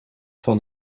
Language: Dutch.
van